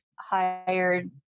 hired